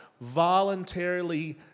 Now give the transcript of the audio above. voluntarily